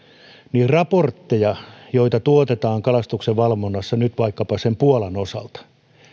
niin raporttien joita tuotetaan kalastuksen valvonnassa nyt vaikkapa puolan osalta